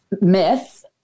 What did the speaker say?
myth